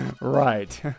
Right